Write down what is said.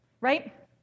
right